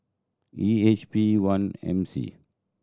E H P one M C